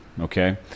okay